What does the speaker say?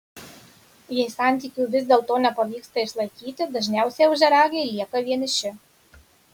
jei santykių vis dėlto nepavyksta išlaikyti dažniausiai ožiaragiai lieka vieniši